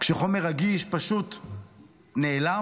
כשחומר רגיש פשוט נעלם?